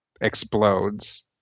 explodes